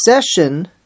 session